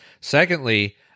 Secondly